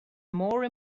more